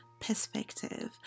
Perspective